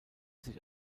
sich